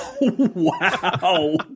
wow